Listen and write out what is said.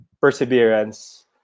perseverance